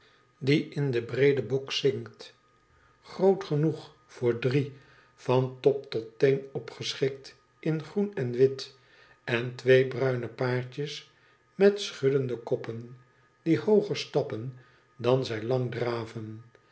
die in den breeden bok zinkt groot genoeg voor drie van top tot teen opgeschikt in groen en wit en twee bruine paardjes met schuddende koppen die hooger stappen dan zij lang draven